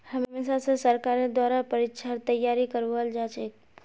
हमेशा स सरकारेर द्वारा परीक्षार तैयारी करवाल जाछेक